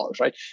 right